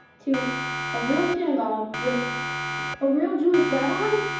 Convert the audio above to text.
to a real synagogue? with a real jewish rabbi?